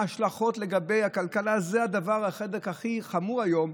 ההשלכות לגבי הכלכלה הן החלק הכי חמור היום,